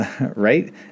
Right